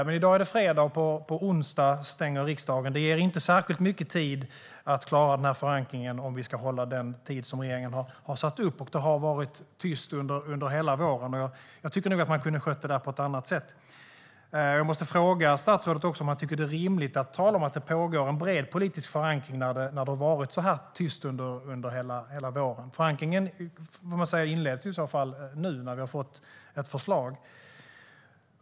Men i dag är det fredag, och på onsdag stänger riksdagen. Det ger inte särskilt mycket tid att klara förankringen om vi ska hålla den tidsplan som regeringen har satt upp. Det har varit tyst under hela våren, och jag tycker nog att man kunde ha skött detta på ett annat sätt. Jag måste också fråga statsrådet om han tycker att det är rimligt att tala om att det pågår en bred politisk förankring när det har varit så här tyst under hela våren. Förankringen inleds ju i så fall nu när vi har fått ett förslag.